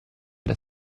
era